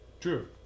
True